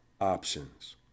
options